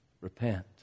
Repent